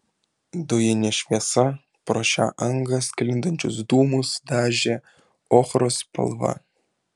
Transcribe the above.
dujinė šviesa pro šią angą sklindančius dūmus dažė ochros spalva